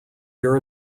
your